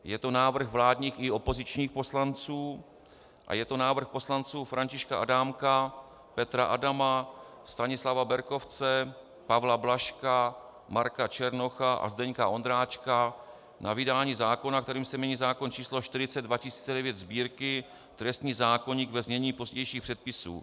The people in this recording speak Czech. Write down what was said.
Je to návrh vládních i opozičních poslanců a je to návrh poslanců Františka Adámka, Petra Adama, Stanislava Berkovce, Pavla Blažka, Marka Černocha a Zdeňka Ondráčka na vydání zákona, kterým se mění zákon číslo 40/2009 Sb., trestní zákoník, ve znění pozdějších předpisů.